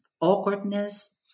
awkwardness